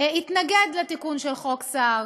התנגד לתיקון החוק של סער.